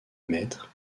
mètres